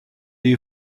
you